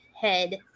head